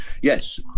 yes